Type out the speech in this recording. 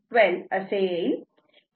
12 असे येईल